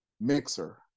mixer